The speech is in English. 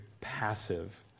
passive